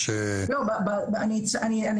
היה פרסום ב-"כל אל-ערב",